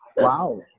Wow